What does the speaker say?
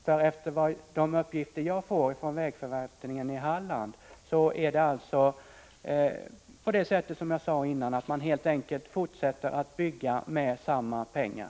Enligt de uppgifter jag får från vägförvaltningen i Hallands län är det så att de helt enkelt fortsätter att bygga med samma pengar.